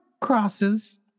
crosses